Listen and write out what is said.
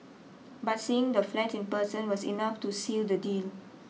but seeing the flat in person was enough to seal the deal